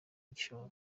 igishoro